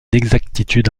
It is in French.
exactitude